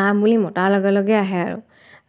আহ বুলি মতাৰ লগে লগে আহে আৰু